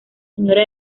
señora